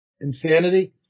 Insanity